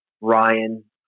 Ryan